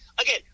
again